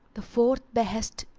the fourth behest,